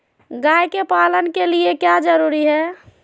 गाय के पालन के लिए क्या जरूरी है?